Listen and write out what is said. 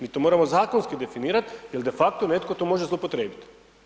Mi to moramo zakonski definirati jer de facto netko to može zloupotrijebiti.